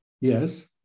Yes